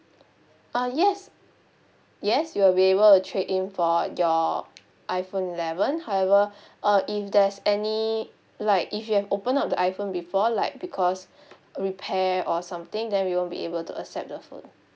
uh yes yes you will be able to trade in for your iphone eleven however uh if there's any like if you have open up the iphone before like because repair or something then we won't be able to accept the phone